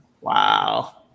Wow